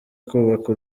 kubaka